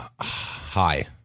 Hi